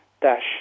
dash